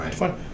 Right